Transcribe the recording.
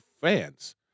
fans